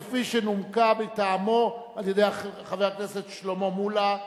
כפי שנומקה מטעמו על-ידי חבר הכנסת שלמה מולה,